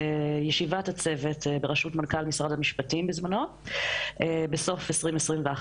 בישיבת הצוות בראשות מנכ"ל משרד המשפטים בזמנו בסוף 2021,